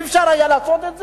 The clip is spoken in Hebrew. אי-אפשר היה לעשות את זה?